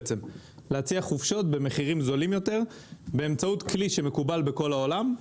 להציע חופשות במחירים זולים יותר באמצעות כלי שמקובל בכל העולם.